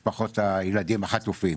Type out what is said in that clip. משפחות הילדים החטופים.